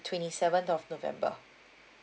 twenty seventh of november